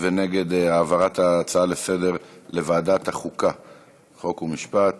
המצלמות לא משדרות לשום מקום חוץ ממשרד הבריאות,